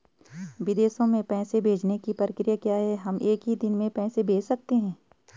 विदेशों में पैसे भेजने की प्रक्रिया क्या है हम एक ही दिन में पैसे भेज सकते हैं?